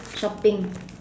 shopping